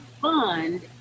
fund